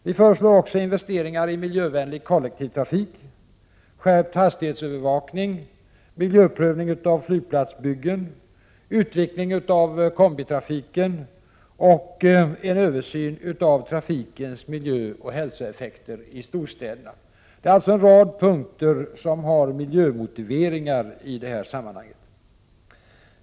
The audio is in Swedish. Vi föreslår också investeringar i miljövänlig kollektivtrafik, skärpt hastighetsövervakning, miljöprövning av flygplatsbyggen, utveckling av kombitrafiken och en översyn av trafikens miljöoch hälsoeffekter i storstäderna. Detta är en rad miljömotiverade åtgärder i detta sammanhang.